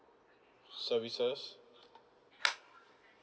services